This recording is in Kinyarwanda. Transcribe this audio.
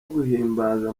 guhimbaza